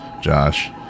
josh